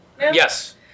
Yes